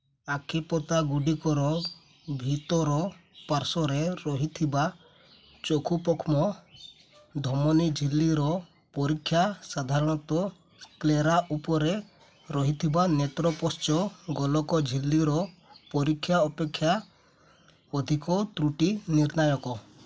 ଆଖିପତାଗୁଡ଼ିକର ଭିତର ପାର୍ଶ୍ୱରେ ରହିଥିବା ଚକ୍ଷୁପକ୍ଷ୍ମ ଧମନୀ ଝିଲ୍ଲୀର ପରୀକ୍ଷା ସାଧାରଣତଃ ସ୍କ୍ଲେରା ଉପରେ ରହିଥିବା ନେତ୍ରପଶ୍ଚ ଗୋଲକ ଝିଲ୍ଲୀର ପରୀକ୍ଷା ଅପେକ୍ଷା ଅଧିକ ତ୍ରୁଟି ନିର୍ଣ୍ଣାୟକ